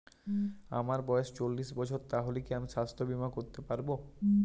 আমার বয়স চল্লিশ বছর তাহলে কি আমি সাস্থ্য বীমা করতে পারবো?